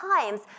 times